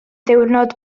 ddiwrnod